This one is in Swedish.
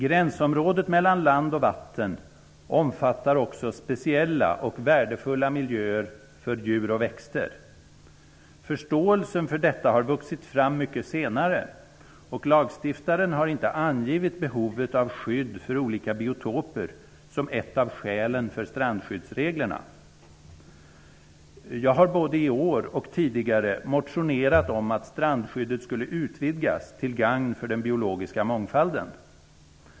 Gränsområdet mellan land och vatten omfattar också speciella och värdefulla miljöer för djur och växter. Förståelsen för detta har vuxit fram mycket senare, och lagstiftaren har inte angivit behovet av skydd för olika biotoper som ett av skälen för strandskyddsreglerna. Jag har både i år och tidigare motionerat om att strandskyddet skulle utvidgas till gagn för den biologiska mångfalden.